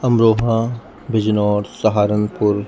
Amroha Bijnor Saharanpur